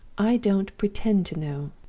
i don't pretend to know.